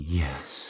yes